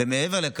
מעולה.